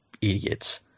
idiots